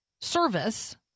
service